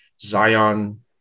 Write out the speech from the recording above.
Zion